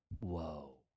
Whoa